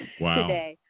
Wow